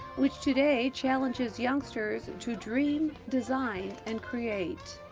which today challenges youngsters to dream, design, and create.